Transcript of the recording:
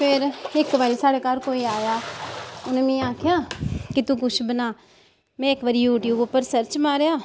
फिर इक्क बारी साढ़े घर कोई आया उ'न्नै मिगी आखेआ कि तूं कुछ बना में इक्क बारी यू ट्यूब उप्पर सर्च मारेआ